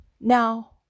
Now